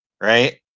right